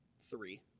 three